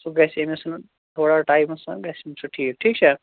سُہ گژھِ أمِس تھوڑا ٹایمَس تام گژھِ سُہ أمِس ٹھیٖک ٹھیٖک چھا